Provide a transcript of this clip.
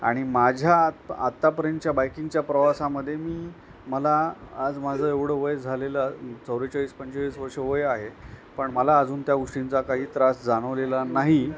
आणि माझ्या आत् आत्तापर्यंतच्या बाईकिंगच्या प्रवासामध्ये मी मला आज माझं एवढं वय झालेलं चव्वेचाळीस पंचेळीस वर्ष वय आहे पण मला अजून त्या गोष्टींचा काही त्रास जाणवलेला नाही